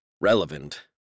relevant